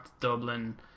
Dublin